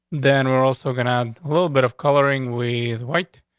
then we're also going ah um a little bit of coloring with white.